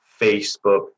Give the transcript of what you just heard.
Facebook